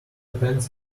pants